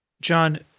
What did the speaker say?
John